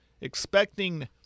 expecting